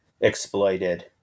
exploited